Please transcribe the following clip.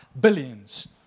billions